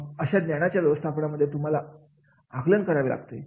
मग अशा ज्ञानाच्या व्यवस्थापनामध्ये तुम्हाला आकलन करावे लागते